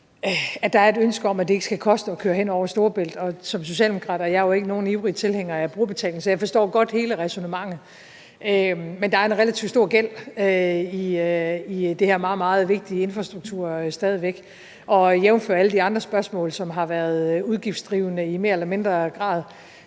der er et ønske om, at det ikke skal koste at køre hen over Storebæltsbroen. Og som socialdemokrat er jeg jo ikke nogen ivrig tilhænger af brugerbetaling, så jeg forstår godt hele ræsonnementet. Men der er en relativt stor gæld i det her meget, meget vigtige stykke infrastruktur stadig væk, og jævnfør alle de andre spørgsmål, som har været udgiftsdrivende i mere eller mindre grad,